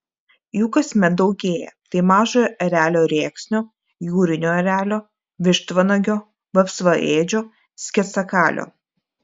jų kasmet daugėja tai mažojo erelio rėksnio jūrinio erelio vištvanagio vapsvaėdžio sketsakalio